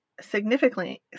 significantly